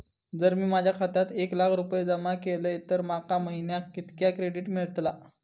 जर मी माझ्या खात्यात एक लाख रुपये जमा केलय तर माका महिन्याक कितक्या क्रेडिट मेलतला?